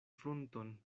frunton